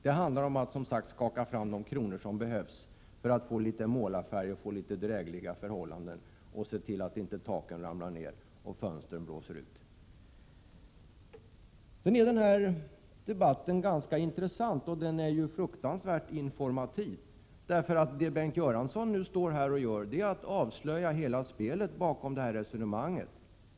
Det handlar om att skaka fram de kronor som behövs för att få en dräglig tillvaro — köpa litet målarfärg, se till att inte taken ramlar in och fönstren blåser ut. Den debatt vi för är ganska intressant och oerhört informativ. Bengt Göransson avslöjar här hela spelet bakom sitt resonemang.